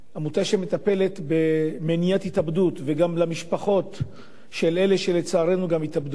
עמותה שמטפלת במניעת התאבדות וגם במשפחות של אלה שלצערנו התאבדו,